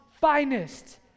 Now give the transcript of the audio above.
finest